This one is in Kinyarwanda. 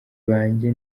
banjye